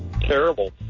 terrible